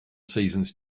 seasons